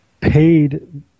paid